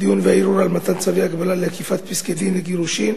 הדיון והערעור על מתן צווי הגבלה לאכיפת פסקי-דין לגירושין,